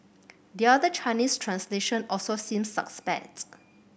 the other Chinese translation also seems suspect